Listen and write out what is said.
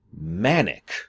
manic